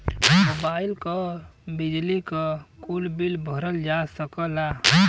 mobile क, बिजली क, कुल बिल भरल जा सकला